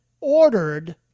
ordered